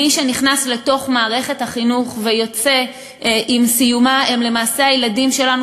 מי שנכנס לתוך מערכת החינוך ויוצא עם סיומה הם למעשה הילדים שלנו,